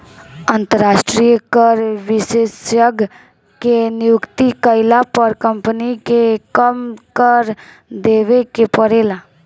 अंतरास्ट्रीय कर विशेषज्ञ के नियुक्ति कईला पर कम्पनी के कम कर देवे के परेला